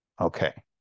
Okay